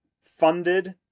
funded